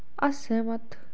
असैह्मत